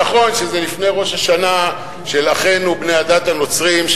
נכון שזה לפני ראש השנה של אחינו בני הדת הנוצרית,